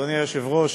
אדוני היושב-ראש,